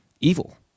evil